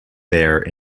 there